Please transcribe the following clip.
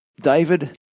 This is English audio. David